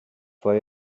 for